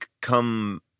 come